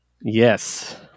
Yes